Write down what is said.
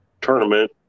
tournament